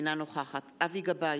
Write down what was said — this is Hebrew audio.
אינה נוכחת אבי גבאי,